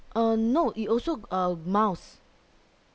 uh no it also uh miles